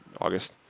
August